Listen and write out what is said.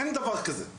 אין דבר כזה.